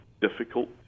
difficult